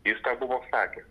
jis tą buvo sakęs